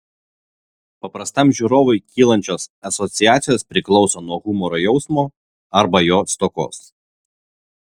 paprastam žiūrovui kylančios asociacijos priklauso nuo humoro jausmo arba jo stokos